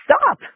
stop